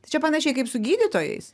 tai čia panašiai kaip su gydytojais